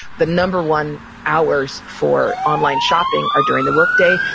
the number one hours for online shopping are during the workday.